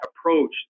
approach